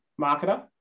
marketer